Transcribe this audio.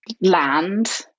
land